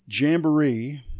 jamboree